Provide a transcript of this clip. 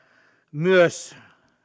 myös